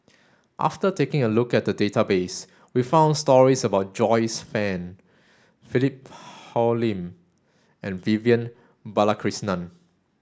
after taking a look at the database we found stories about Joyce Fan Philip Hoalim and Vivian Balakrishnan